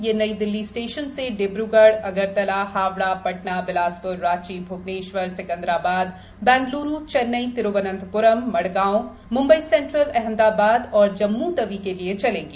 ये नई दिल्ली स्टेशन से डिब्रूगढ़ अगरतला हावड़ा पटना बिलासपुर रांची भ्वनेश्वर सिकंदराबाद बंगल्रू चेन्नई तिरुवनंतप्रम मडगांव म्ंबईसें ट्रल अहमदाबाद और जम्मूतवी के लिए चलेंगी